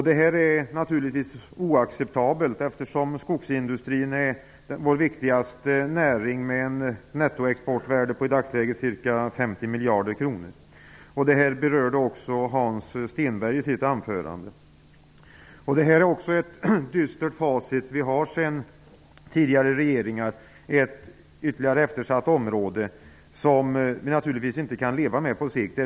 Detta är oacceptabelt eftersom skogsindustrin är vår viktigaste näring med ett nettoexportvärde i dagsläget på ca 50 miljarder kronor. Detta berörde också Hans Stenberg i sitt anförande. Det här är ett dystert facit från tidigare regeringar, ytterligare ett eftersatt område, något som vi inte kan leva med på sikt.